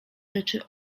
rzeczy